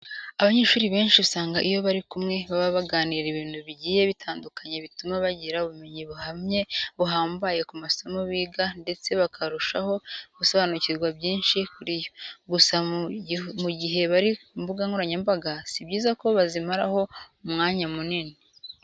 Abanyeshuri benshi usanga iyo bari kumwe baba baganira ibintu bigiye bitandukanye bituma bagira ubumenyi buhambaye ku masomo biga ndetse bakarushaho gusobanukirwa byinshi kuri yo. Gusa mu gihe bari ku mbuga nkoranyambaga, si byiza ko bazimaraho umwanya munini.